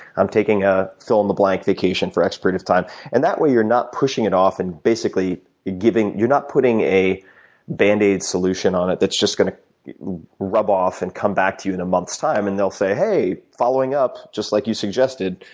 i'm taking a fill in the blank vacation for x period of time and that way you're not pushing it off and basically you're giving you're not putting a band-aid solution on it that's just gonna rub off and come back to you in a month's time. and they'll say, hey, following up just like you suggested.